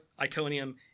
Iconium